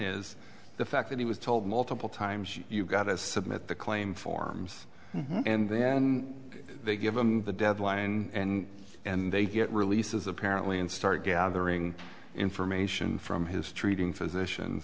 is the fact that he was told multiple times you've got to submit the claim forms and then they give him the deadline and and they get releases apparently and start gathering information from his treating physicians